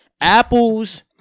Apples